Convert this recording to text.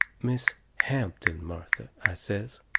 miss hampton, martha, i says.